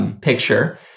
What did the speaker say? picture